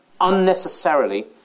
unnecessarily